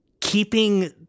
keeping